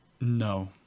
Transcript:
No